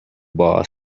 bar